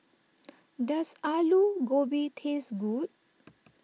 does Aloo Gobi taste good